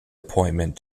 appointment